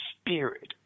spirit